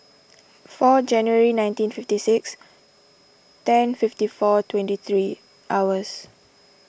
four January nineteen fifty six ten fifty four twenty three hours